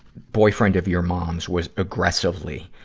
boyfriend of your mom's was aggressively,